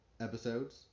episodes